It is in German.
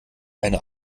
einer